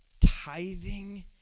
tithing